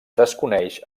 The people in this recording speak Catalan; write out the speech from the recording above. desconeix